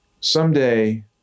someday